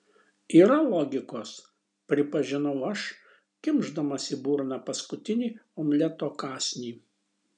yra logikos pripažinau aš kimšdamas į burną paskutinį omleto kąsnį